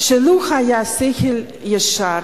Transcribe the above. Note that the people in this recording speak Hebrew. שלו היה שכל ישר